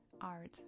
art